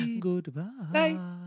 goodbye